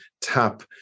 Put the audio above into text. tap